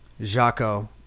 Jaco